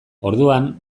orduan